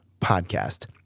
podcast